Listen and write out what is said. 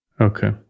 Okay